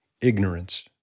ignorance